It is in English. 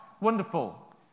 wonderful